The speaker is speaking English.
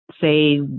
say